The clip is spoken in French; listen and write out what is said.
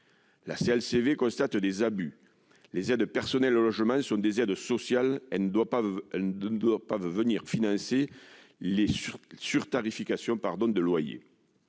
CLCV constate des abus. Les aides personnelles au logement sont des aides sociales ; elles ne doivent pas servir à financer les surtarifications de loyers.